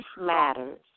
matters